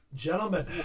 Gentlemen